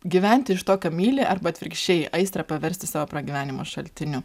gyventi iš to ką myli arba atvirkščiai aistrą paversti savo pragyvenimo šaltiniu